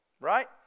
Right